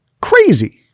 Crazy